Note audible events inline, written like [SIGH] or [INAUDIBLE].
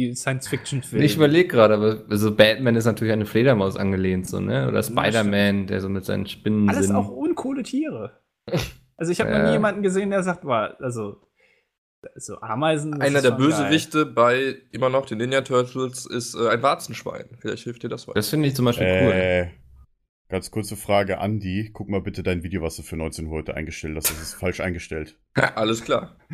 Science-Fiction-Film. Ich überleg grade, aber- also Batman ist natürlich an eine Fledermaus angelehnt, so, ne? Oder das Ja, Spider-Man, stimmt. der so mit seinen Spinnen- Alles Sinn- auch uncoole Tiere. [LAUGHS] Also ich hab noch nie Ja. jemanden gesehen, der sagt, "Wow, also- so Ameisen, das Einer ist der schon geil." Bösewichte bei immer noch den Ninja Turtles ist, äh, ein Warzenschwein. Vielleicht hilft dir das weiter. Das finde ich zum Beispiel Äh, cool. ganz kurze Frage, Andi, guck mal bitte dein Video, was du für 19 Uhr heute eingestellt hast. Das ist falsch eingestellt. [LAUGHS] Alles klar.